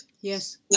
Yes